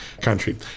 country